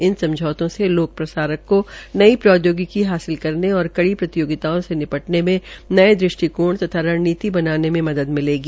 इन समझौतों से लोक प्रसारक को नई प्रौद्योगिकी हासिल करने और कड़ी प्रतियोगिताओं से निपटने में नए दृष्टिकोण तथा रणनीति बनाने में मदद मिलेगी